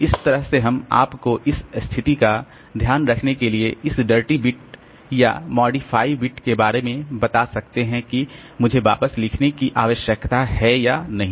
तो इस तरह से हम आपको इस स्थिति का ध्यान रखने के लिए इस डर्टी बिट या मॉडिफाइड बिट के बारे में बता सकते हैं कि मुझे वापस लिखने की आवश्यकता है या नहीं